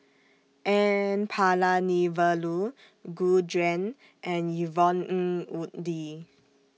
N Palanivelu Gu Juan and Yvonne Ng Uhde